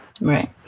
Right